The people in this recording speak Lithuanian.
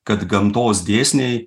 kad gamtos dėsniai